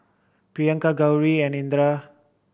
Priyanka Gauri and Indira